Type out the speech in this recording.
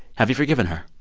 have you forgiven her?